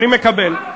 אני מקבל.